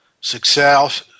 success